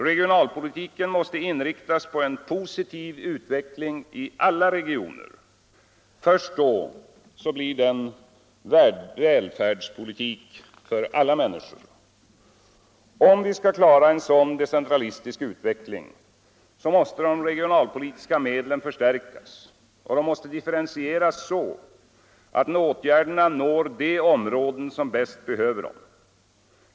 Regionalpolitiken måste inriktas på en positiv utveckling i alla regioner. Först då blir den välfärdspolitik för alla människor. Om vi skall klara en sådan decentralistisk utveckling, måste de regionalpolitiska medlen förstärkas och differentieras så att åtgärderna når de områden som bäst behöver dem.